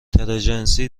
تراجنسی